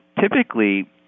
typically